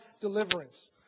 deliverance